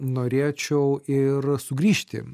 norėčiau ir sugrįžti